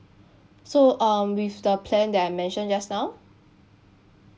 so um with the plan that I mentioned just now